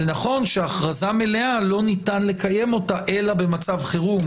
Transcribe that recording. זה נכון שהכרזה מלאה לא ניתן לקיים אותה אלא במצב חירום,